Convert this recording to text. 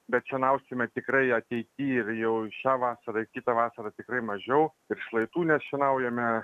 bet šienausime tikrai ateity ir jau šią vasarą ir kitą vasarą tikrai mažiau ir šlaitų nešienaujame